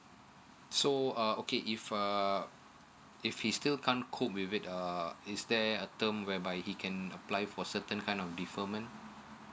so um okay if uh if he still can't cope with it uh is there a term whereby he can apply for certain kind of deferment